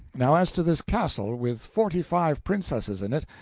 now as to this castle, with forty-five princesses in it,